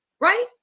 right